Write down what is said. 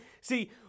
See